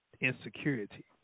insecurity